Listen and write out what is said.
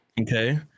Okay